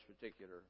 particular